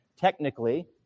technically